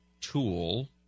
tool